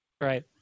Right